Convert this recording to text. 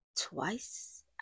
twice